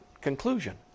conclusion